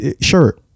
sure